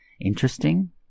interesting